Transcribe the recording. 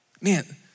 man